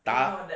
打